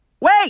wait